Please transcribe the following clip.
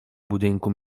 budynku